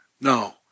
No